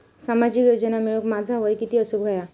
सामाजिक योजना मिळवूक माझा वय किती असूक व्हया?